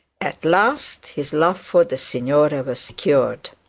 at last his love for the signora was cured.